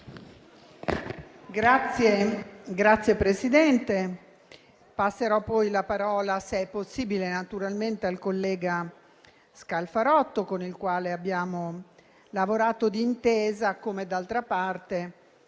Signor Presidente, passerò poi la parola, se è possibile, al collega Scalfarotto con il quale abbiamo lavorato d'intesa, come d'altra parte